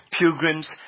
Pilgrims